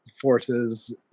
forces